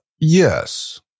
Yes